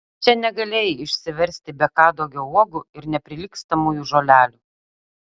čia negalėjai išsiversti be kadugio uogų ir neprilygstamųjų žolelių